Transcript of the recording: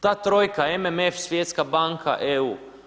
Ta trojka, MMF, Svjetska banka, EU.